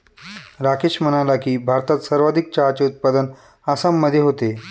राकेश म्हणाला की, भारतात सर्वाधिक चहाचे उत्पादन आसाममध्ये होते